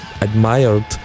admired